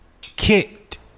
kicked